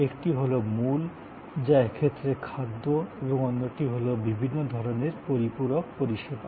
একটি হল মূল যা এক্ষেত্রে খাদ্য এবং অন্যটি হল বিভিন্ন ধরণের পরিপূরক পরিষেবা